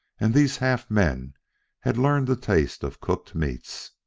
and these half-men had learned the taste of cooked meats.